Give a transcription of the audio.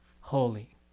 Holy